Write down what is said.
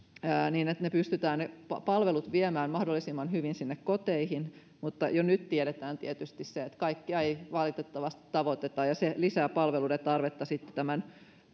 ne palvelut pystytään viemään mahdollisimman hyvin sinne koteihin myös se että nyt jo tiedetään tietysti se että kaikkia ei valitettavasti tavoiteta ja se lisää palveluiden tarvetta sitten tämän